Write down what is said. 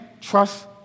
Trust